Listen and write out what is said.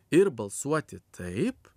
ir balsuoti taip